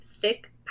thick